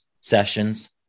sessions